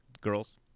girls